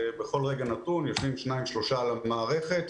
בכל רגע נתון יושבים שניים-שלושה על המערכת,